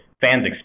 fans